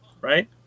Right